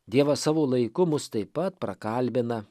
dievas savo laiku mus taip pat prakalbina